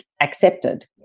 accepted